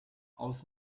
aus